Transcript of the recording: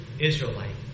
Israelite